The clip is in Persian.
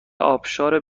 آبشار